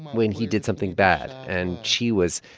when he did something bad and she was.